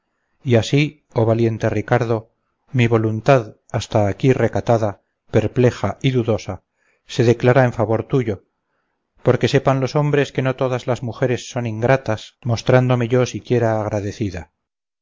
y así oh valiente ricardo mi voluntad hasta aquí recatada perpleja y dudosa se declara en favor tuyo porque sepan los hombres que no todas las mujeres son ingratas mostrándome yo siquiera agradecida